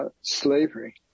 slavery